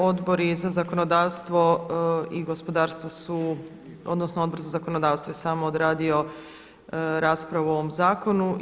Odbori za zakonodavstvo i gospodarstvo su odnosno Odbor za zakonodavstvo je samo odradio raspravu o ovom zakonu.